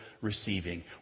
receiving